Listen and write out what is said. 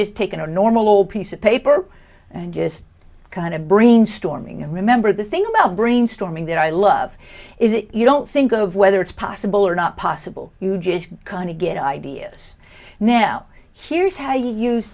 just taken a normal piece of paper and just kind of brainstorming and remember the same of brainstorming that i love is it you don't think of whether it's possible or not possible you just kind of get ideas now here's how you use